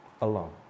alone